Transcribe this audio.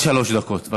עד שלוש דקות.